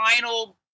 final